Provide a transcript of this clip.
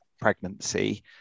pregnancy